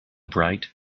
bright